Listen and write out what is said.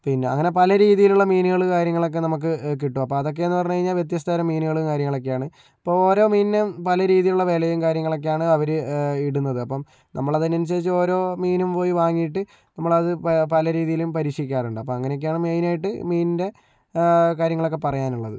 പിന്നെ അങ്ങനെ പല രീതിയിലുള്ള മീനുകൾ കാര്യങ്ങളൊക്കെ നമുക്ക് കിട്ടും അപ്പോൾ അതൊക്കെയെന്ന് പറഞ്ഞു കഴിഞ്ഞാൽ വ്യത്യസ്തതരം മീനുകൾ കാര്യങ്ങളൊക്കെയാണ് ഇപ്പോൾ ഓരോ മീനും പല രീതിയിലുള്ള വിലയും കാര്യങ്ങളൊക്കെയാണ് അവര് ഇടുന്നത് അപ്പോൾ നമ്മളതിനനുസരിച്ച് ഓരോ മീനും പോയി വാങ്ങിയിട്ട് നമ്മളത് പല രീതിയിലും പരീക്ഷിക്കാറുണ്ട് അപ്പോൾ അങ്ങനെ ഒക്കെയാണ് മെയിനായിട്ട് മീനിൻ്റെ കാര്യങ്ങളൊക്കെ പറയാനുള്ളത്